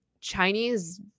Chinese